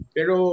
Pero